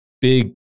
big